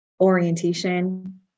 orientation